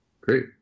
Great